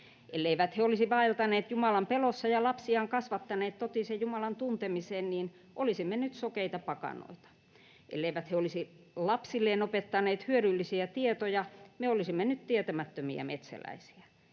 Elleivät he olisi vaeltaneet Jumalan pelossa ja lapsiaan kasvattaneet totisen Jumalan tuntemiseen, niin olisimme nyt sokeita pakanoita. Elleivät he olisi lapsilleen opettaneet hyödyllisiä tietoja, me olisimme nyt tietämättömiä metsäläisiä.